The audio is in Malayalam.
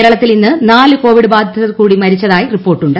കേരളത്തിൽ ഇന്ന് നാല് കോവിഡ് ബാധിതർ കൂടി മരിച്ചതായി റിപ്പോർട്ടുണ്ട്